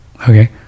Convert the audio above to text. Okay